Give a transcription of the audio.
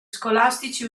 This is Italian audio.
scolastici